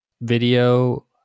video